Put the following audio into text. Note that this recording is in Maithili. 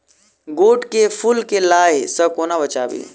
गोट केँ फुल केँ लाही सऽ कोना बचाबी?